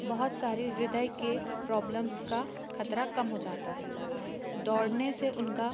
बहुत सारे हृदय के प्रॉब्लम्स का ख़तरा कम हो जाता है दौड़ने से उनका